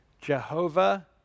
Jehovah